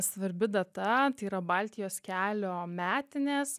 svarbi data yra baltijos kelio metinės